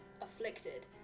Afflicted